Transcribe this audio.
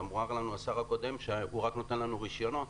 אמר לנו השר הקודם הוא רק נתן לנו רישיונות.